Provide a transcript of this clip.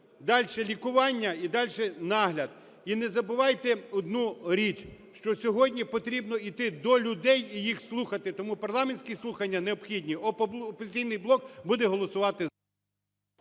Дальше лікування і дальше нагляд. І не забувайте одну річ, що сьогодні потрібно іти до людей і їх слухати, тому парламентські слухання необхідні. "Опозиційний блок" буде голосувати…